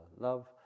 love